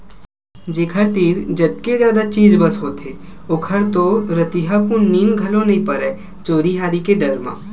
जेखर तीर जतके जादा चीज बस होथे ओखर तो रतिहाकुन नींद घलोक नइ परय चोरी हारी के डर म